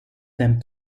them